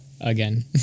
Again